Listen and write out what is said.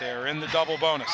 they're in the double bonus